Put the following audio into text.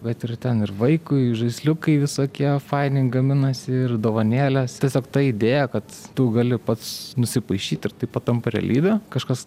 bet ir ten ir vaikui žaisliukai visokie faini gaminasi ir dovanėlės tiesiog ta idėja kad tu gali pats nusipaišyt ir tai patampa realybe kažkas